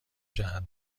جهت